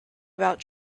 about